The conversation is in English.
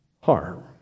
harm